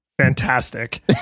fantastic